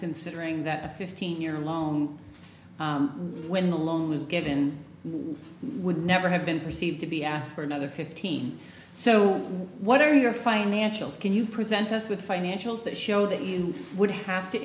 considering that a fifteen year loan when the loan was given would never have been perceived to be asked for another fifteen so what are your financials can you present us with financials that show that you would have to